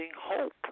hope